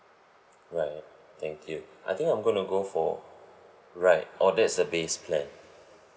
right thank you I think I'm going to go for right oh that is the base plan